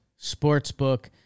Sportsbook